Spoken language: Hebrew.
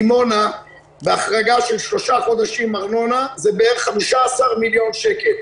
דימונה בהחרגה של שלושה חודשים ארנונה זה בערך 15 מיליון שקל.